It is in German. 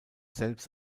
selbst